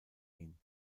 ihn